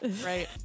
right